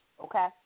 okay